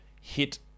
hit